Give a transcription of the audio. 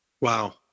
Wow